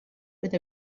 with